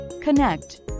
connect